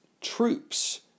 troops